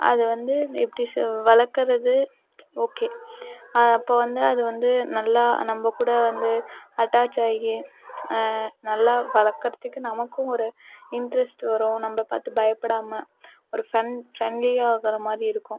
அது வந்து எப்படி சொல் வளர்க்கறது ஓகே அப்போ வந்து அது வந்து நல்லா நம்மக்கூட வந்து அட்டாச் ஆகி நல்லா வளர்க்கறதுக்கு நமக்கும் ஒரு இன்ட்ரஸ்ட் வரும் நம்ம பார்த்து பயப்படாமல் ஒரு ஃபிரெண்ட் ஃபிரெண்ட்லி ஆகிற மாதிரி இருக்கும்